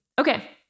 okay